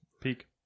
peak